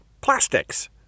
plastics